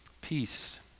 Peace